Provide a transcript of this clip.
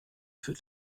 für